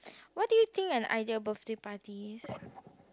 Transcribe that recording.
what do you think an ideal birthday party is